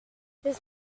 his